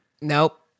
Nope